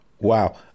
wow